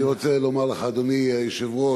אני רוצה לומר לך, אדוני היושב-ראש,